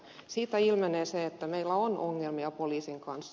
siitä ilmenee se että meillä on ongelmia poliisin kanssa